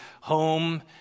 home